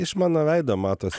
iš mano veido matos